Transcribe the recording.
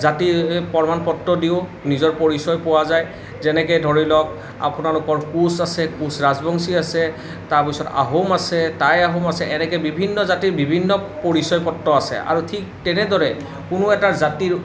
জাতিৰ প্ৰমাণ পত্ৰ দিও নিজৰ পৰিচয় পোৱা যায় যেনেকৈ ধৰি লওক আপোনালোকৰ কোঁচ আছে কোঁচ ৰাজবংশী আছে তাৰ পিছত আহোম আছে তাই আহোম আছে এনেকে বিভিন্ন জাতিৰ বিভিন্ন পৰিচয় পত্ৰ আছে আৰু ঠিক তেনেদৰে কোনো এটা জাতিৰ